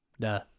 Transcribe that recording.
Duh